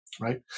Right